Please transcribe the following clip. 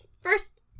First